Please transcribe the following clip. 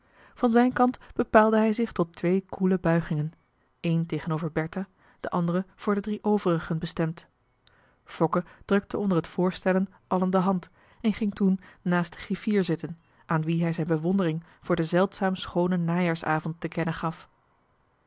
van zijn kant bepaalde hij zich tot twee koele buigingen een tegenover bertha de andere voor de drie overigen bestemd fokke drukte onder het voorstellen allen de hand en ging toen naast den griffier zitten aan wien hij zijn bewondering voor den zeldzaam schoonen najaarsavond te kennen gaf